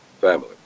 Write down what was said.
family